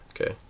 Okay